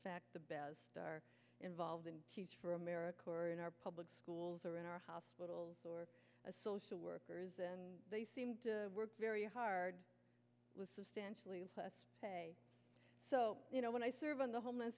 fact the best are involved in teach for america or in our public schools or in our hospitals or a social workers and they seem to work very hard was substantially less so you know when i served on the homeland